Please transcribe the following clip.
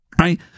right